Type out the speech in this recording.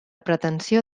pretensió